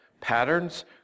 patterns